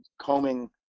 combing